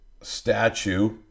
statue